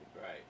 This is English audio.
Right